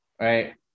right